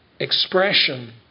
expression